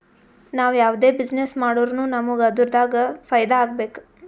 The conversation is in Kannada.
ನಾವ್ ಯಾವ್ದೇ ಬಿಸಿನ್ನೆಸ್ ಮಾಡುರ್ನು ನಮುಗ್ ಅದುರಾಗ್ ಫೈದಾ ಆಗ್ಬೇಕ